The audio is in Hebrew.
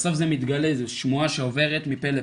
בסוף זה מתגלה, זו שמועה שעוברת מפה לפה,